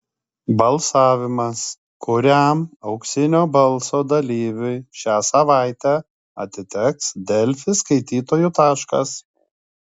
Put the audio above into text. balsavimas kuriam auksinio balso dalyviui šią savaitę atiteks delfi skaitytojų taškas